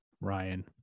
Ryan